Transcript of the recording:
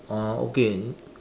oh okay any